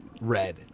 red